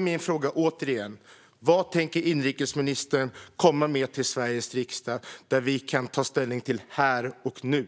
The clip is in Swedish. Min fråga är återigen: Vad tänker inrikesministern komma med till Sveriges riksdag som vi kan ta ställning till här och nu?